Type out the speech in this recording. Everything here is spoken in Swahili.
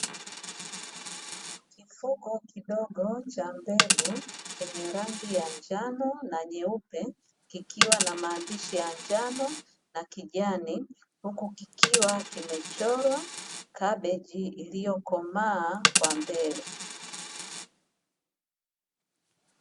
Kifuko kidogo cha mbegu chenye rangi ya njano na nyeupe, kikiwa na maandishi ya njano na kijani huku kikiwa kimechorwa kabeji iliyokomaa kwa mbele.